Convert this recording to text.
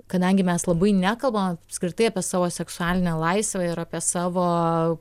kadangi mes labai nekalbam apskritai apie savo seksualinę laisvę ir apie savo